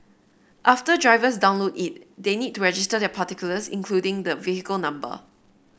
after drivers download it they need to register their particulars including the vehicle number